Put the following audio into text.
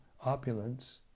opulence